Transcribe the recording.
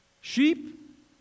Sheep